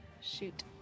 shoot